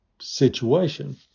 situation